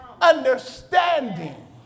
understanding